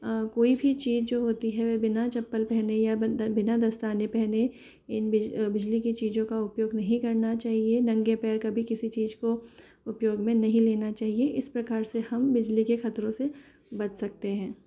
कोई भी चीज़ जो होती है वह बिना चप्पल पहने या बंदर बिना दस्तानें पहने इन बिजली बिजली की चीज़ों का उपयोग नहीं करना चाहिए नंगे पैर कभी किसी चीज़ को उपयोग में नहीं लेना चाहिए इस प्रकार से हम बिजली के ख़तरों से बच सकते हैं